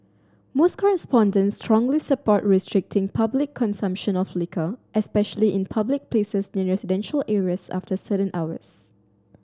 most respondents strongly support restricting public consumption of liquor especially in public places near residential areas after certain hours